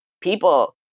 people